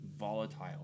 Volatile